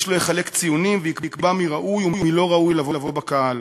איש לא יחלק ציונים ויקבע מי ראוי ומי לא ראוי לבוא בקהל.